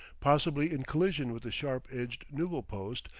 possibly in collision with the sharp-edged newel-post,